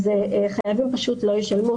אז חייבים פשוט לא ישלמו,